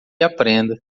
aprenda